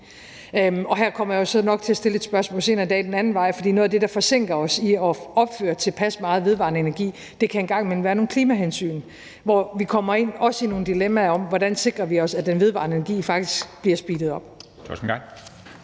Her kommer jeg jo så nok til at stille et spørgsmål senere i dag den anden vej, for noget af det, der forsinker os i at opføre tilpas meget vedvarende energi, kan en gang imellem være nogle klimahensyn, hvor vi også kommer ind i nogle dilemmaer om, hvordan vi sikrer os, at den vedvarende energi faktisk bliver speedet op.